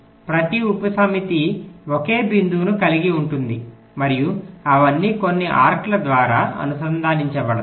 ప్రతి ఉపసమితి ఒకే బిందువును కలిగి ఉంటుంది మరియు అవన్నీ కొన్ని ఆర్క్ల ద్వారా అనుసంధానించబడతాయి